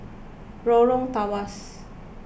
Lorong Tawas